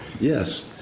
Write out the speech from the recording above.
Yes